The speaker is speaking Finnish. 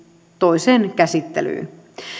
toiseen käsittelyyn